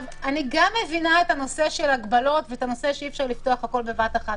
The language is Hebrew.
אני גם מבינה את ההגבלות ושאי אפשר לפתוח הכול בבת אחת,